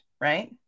right